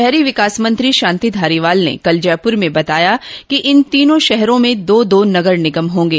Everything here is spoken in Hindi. शहरी विकास मंत्री शांति धारीवाल ने कल जयपूर में बताया कि इन तीनों शहरों में दो दो नगर निगम होंगे